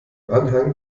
anhang